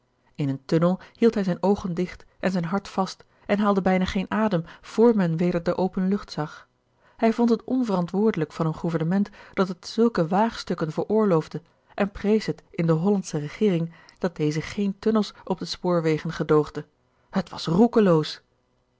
in een tunnel hield hij zijne oogen dicht en zijn hart vast en haalde bijna geen adem vr men weder de open lucht zag hij vond het onverantwoordelijk van een gouvernement dat het zulke waagstukken veroorloofde en prees het in de hollandsche regeering dat deze geen tunnels op de spoorwegen gedoogde t was roekeloos